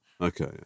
Okay